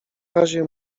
razie